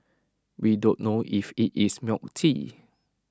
we don't know if IT is milk tea